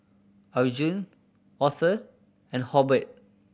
Arjun Author and Hobert